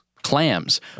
Clams